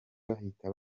bahita